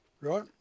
Right